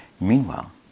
Meanwhile